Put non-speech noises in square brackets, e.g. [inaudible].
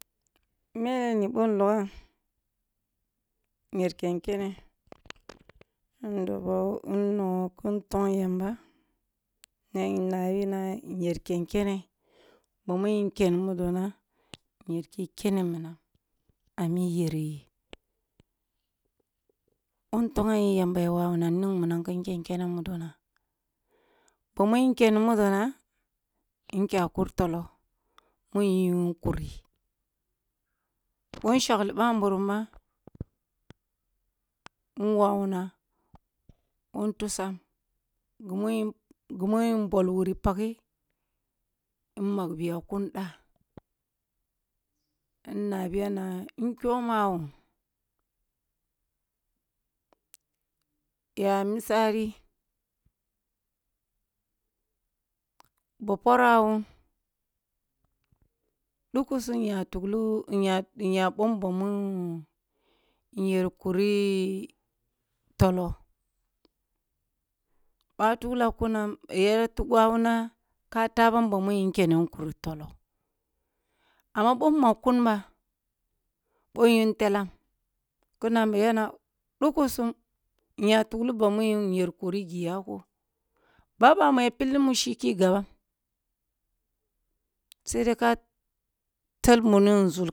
Meleni boh nlogham nyar kenkene [noise] nan dobo non nogho khin tong yamba nan nnabi ma nyar kenkene, ban mu nken mudo na nyar khi keni minang a mi yereyi, ɓoh ntonghan yi yamba ya wawuna ning minang khin kene mudo na, ba mun keni mudo na nkyah kur toleh mu nyu kuri, ɓoh nshakli bamburum ba nwawu na ɓoh nshakli bamburum ba nwawu na ɓoh ntursam ghi mu yin ghi mu ying paghe nmagbiya kun dah nnabiya ma nkyomawun, ya misari ba parawun, ɗukusun nya tukhe, nya ɓom bamu iyar kuri tolo, ɓah tukla kunan, yara wawuna ka tah bam bamu yirin kur tlo, amma ɓoh nbalkum ba ɓoh nyong ntelang ya na ma [unintelligible] ya a dukusum iya tukliba mu nyar ur ghi a koh, ɓa ɓamu pillih mushi khi gabbam, saidai ka tel wuni nȝhur